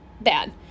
bad